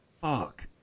fuck